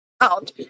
out